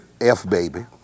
F-Baby